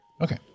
Okay